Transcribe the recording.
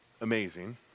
amazing